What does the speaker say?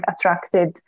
attracted